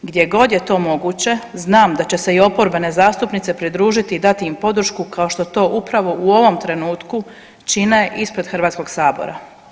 Gdjegod je to moguće znam da će se i oporbene zastupnice pridružiti i dati im podršku kao što to upravo u ovom trenutku čine ispred HS-a.